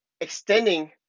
extending